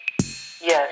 Yes